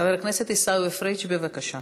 חבר הכנסת עיסאווי פריג', בבקשה.